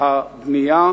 מדי.